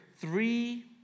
three